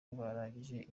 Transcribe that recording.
barangije